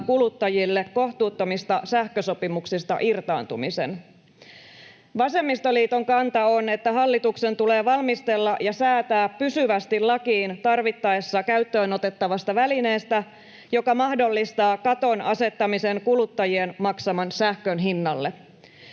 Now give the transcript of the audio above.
kuluttajille kohtuuttomista sähkösopimuksista irtaantumisen? Vasemmistoliiton kanta on, että hallituksen tulee valmistella ja säätää pysyvästi lakiin tarvittaessa käyttöön otettavasta välineestä, joka mahdollistaa katon asettamisen kulutta-jien maksaman sähkön hinnalle.